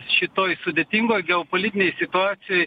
šitoj sudėtingoj geopolitinėj situacijoj